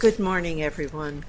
good morning everyone